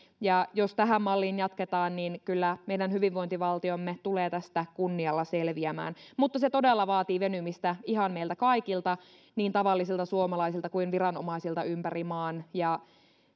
ja jos tähän malliin jatketaan niin kyllä meidän hyvinvointivaltiomme tulee tästä kunnialla selviämään mutta se todella vaatii venymistä ihan meiltä kaikilta niin tavallisilta suomalaisilta kuin viranomaisilta ympäri maan ja